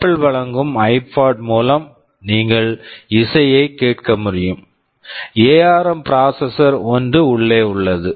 apple Apple வழங்கும் iPod iPods கள் மூலம் நீங்கள் இசையைக் கேட்க முடியும் எஆர்ம் ARM ப்ராசெசர் processor ஒன்று உள்ளே உள்ளது